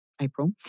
April